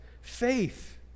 Faith